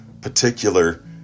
particular